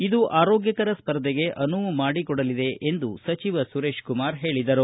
ಇದು ಆರೋಗ್ಟಕರ ಸ್ಪರ್ಧೆಗೆ ಅನುವು ಮಾಡಿಕೊಡಲಿದೆ ಎಂದು ಸುರೇಶಕುಮಾರ ಹೇಳಿದರು